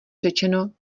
řečeno